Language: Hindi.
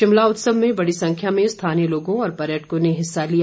शिमला उत्सव में बड़ी संख्या में स्थानीय लोगों और पर्यटकों ने हिस्सा लिया